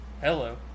hello